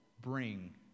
bring